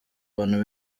bantu